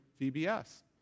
VBS